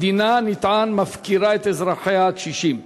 המדינה, נטען, מפקירה את אזרחיה הקשישים.